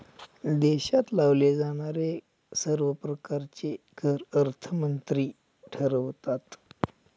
देशात लावले जाणारे सर्व प्रकारचे कर अर्थमंत्री ठरवतात